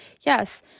yes